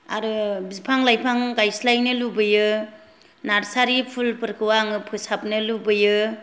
आरो बिफां लाइफां गायस्लायनो लुबैयो नार्सारी फुलफोरखौ आङो फोसाबनो लुबैयो